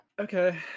Okay